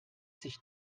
sich